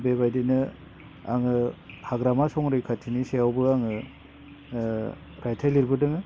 बेबायदिनो आङो हाग्रामा संरैखाथिनि सायावबो आङो रायथाइ लिरबोदोंमोन